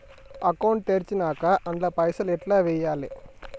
Account తెరిచినాక అండ్ల పైసల్ ఎట్ల వేయాలే?